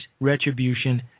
retribution